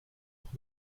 auch